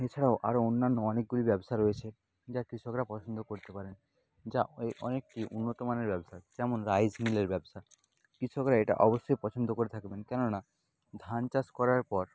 এছাড়াও আরো অন্যান্য অনেকগুলি ব্যবসা রয়েছে যা কৃষকরা পছন্দ করতে পারে যা ওই অনেকটি উন্নত মানের ব্যবসা যেমন রাইস মিলের ব্যবসা কৃষকরা এটা অবশ্যই পছন্দ করে থাকবেন কেননা ধান চাষ করার পর